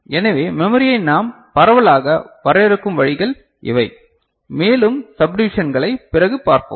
எனவே மெமரியை நாம் பரவலாக வரையறுக்கும் வழிகள் இவை மேலும் சப்டிவிஷன்களை பிறகு பார்ப்போம்